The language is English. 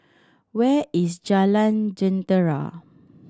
where is Jalan Jentera